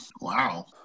Wow